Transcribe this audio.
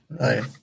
Right